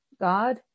God